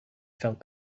felt